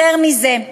יותר מזה,